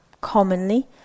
commonly